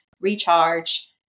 recharge